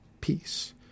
peace